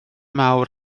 mawr